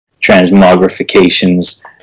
transmogrifications